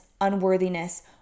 unworthiness